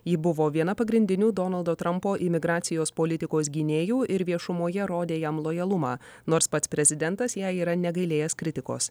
ji buvo viena pagrindinių donaldo trampo imigracijos politikos gynėjų ir viešumoje rodė jam lojalumą nors pats prezidentas jai yra negailėjęs kritikos